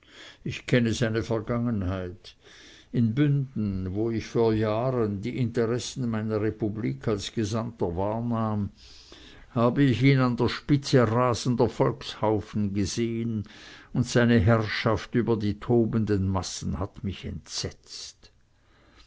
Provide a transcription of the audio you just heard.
ich kenne seine vergangenheit in bünden wo ich vor jahren die interessen meiner republik als gesandter wahrnahm habe ich ihn an der spitze rasender volkshaufen gesehen und seine herrschaft über die tobenden massen hat mich entsetzt